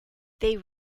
they